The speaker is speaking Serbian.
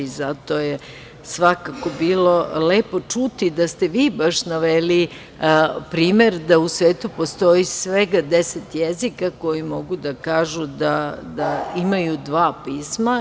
Zato je svakako bilo lepo čuti da ste vi baš naveli primer da u svetu postoji svega 10 jezika koji mogu da kažu da imaju dva pisma.